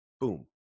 boom